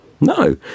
No